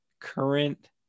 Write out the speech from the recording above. current